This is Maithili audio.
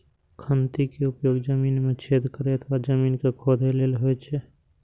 खंती के उपयोग जमीन मे छेद करै अथवा जमीन कें खोधै लेल होइ छै